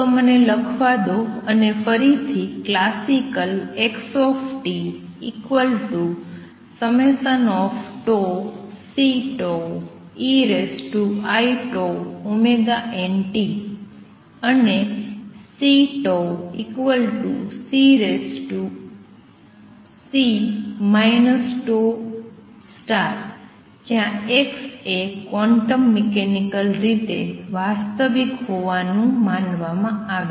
તો મને લખવા દો અને ફરીથી ક્લાસિકલ xtCeiτωt અને C C τ જ્યાં x એ ક્વોન્ટમ મેક્નિકલ રીતે વાસ્તવિક હોવાનું માનવામાં આવે છે